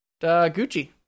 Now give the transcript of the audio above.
Gucci